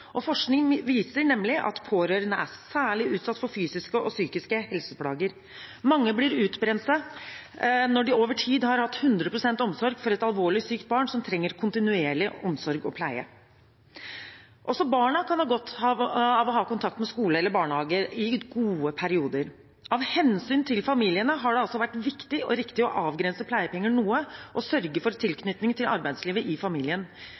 samfunnslivet. Forskning viser nemlig at pårørende er særlig utsatt for fysiske og psykiske helseplager. Mange blir utbrent når de over tid har hatt 100 pst. omsorg for et alvorlig sykt barn som trenger kontinuerlig omsorg og pleie. Også barna kan ha godt av å ha kontakt med skole eller barnehage i gode perioder. Av hensyn til familiene har det altså vært viktig og riktig å avgrense pleiepenger noe og sørge for tilknytning til arbeidslivet i familien.